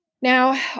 Now